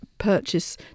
purchase